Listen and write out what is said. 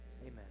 Amen